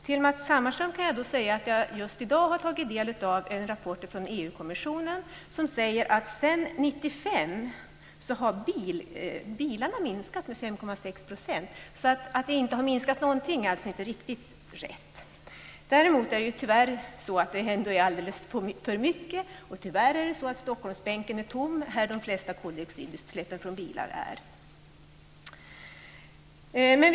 Till Matz Hammarström kan jag säga att jag just i dag har tagit del av en rapport från Europeiska kommissionen som säger att sedan 1995 har bilarna minskat med 5,6 %. Att säga att de inte har minskat något är alltså inte riktigt rätt. Däremot är det tyvärr så att det ändå är alldeles för mycket. Tyvärr är det också så att Stockholmsbänken är tom, och det är ju i Stockholm som de största koldioxidutsläppen från bilarna sker.